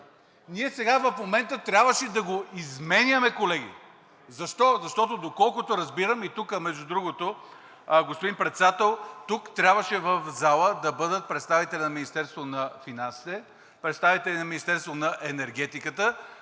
ние сега в момента трябваше да го изменяме, колеги! Защо? Защото, доколкото разбирам, и тук, между другото, господин Председател, тук трябваше в залата да бъдат представители на Министерството на финансите, представители на Министерството на енергетиката,